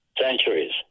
Centuries